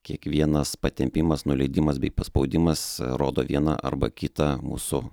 kiekvienas patempimas nuleidimas bei paspaudimas rodo vieną arba kitą mūsų